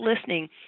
listening